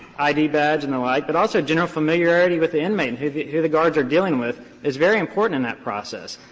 id badge and the like, but also general familiarity with the inmate and who the who the guards are dealing with is very important in that process.